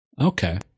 Okay